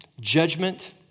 judgment